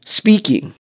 speaking